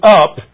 up